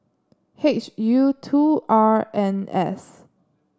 H U two R N S